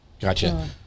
Gotcha